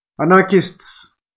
anarchists